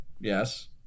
yes